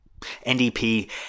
NDP